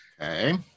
Okay